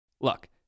Look